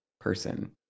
person